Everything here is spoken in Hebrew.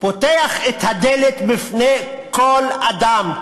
פותח את הדלת בפני כל אדם,